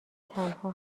تنها